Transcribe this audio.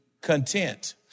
content